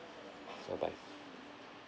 bye bye